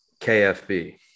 kfb